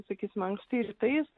sakysim anksti rytais